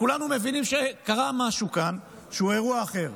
שכולנו מבינים שקרה משהו כאן שהוא אירוע אחר,